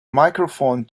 microphone